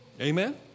Amen